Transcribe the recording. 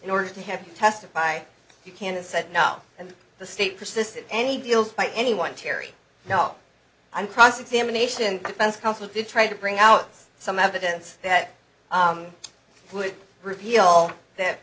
in order to have you testify you can't said no and the state persisted any deals by anyone terry no i'm cross examination defense counsel to try to bring out some evidence that would reveal that